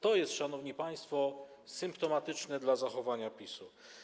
To jest, szanowni państwo, symptomatyczne dla zachowania PiS-u.